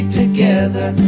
together